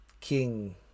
king